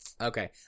Okay